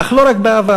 אך לא רק בעבר.